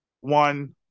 one